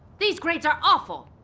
these grades are awful.